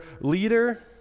leader